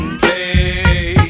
play